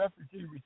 Refugee